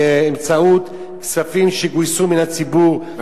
באמצעות כספים שגויסו מן הציבור,